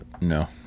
No